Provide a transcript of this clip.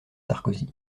sarkozy